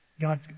God